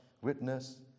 witness